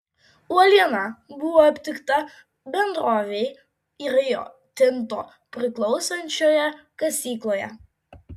uoliena buvo aptikta bendrovei rio tinto priklausančioje kasykloje